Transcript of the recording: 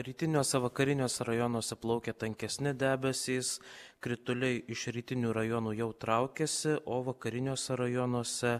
rytiniuose vakariniuose rajonuose plaukia tankesni debesys krituliai iš rytinių rajonų jau traukiasi o vakariniuose rajonuose